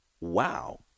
wow